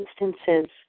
instances